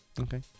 Okay